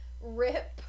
rip